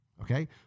okay